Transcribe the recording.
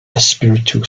espiritu